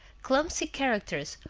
clumsy characters,